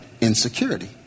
insecurity